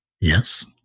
Yes